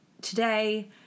today